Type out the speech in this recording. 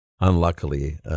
Unluckily